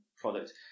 product